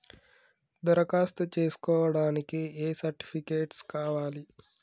దరఖాస్తు చేస్కోవడానికి ఏ సర్టిఫికేట్స్ కావాలి?